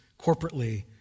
corporately